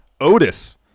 Otis